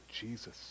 Jesus